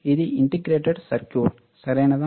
ఇది integrated circuit సరియైనదా